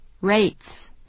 rates